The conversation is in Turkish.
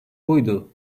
buydu